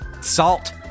Salt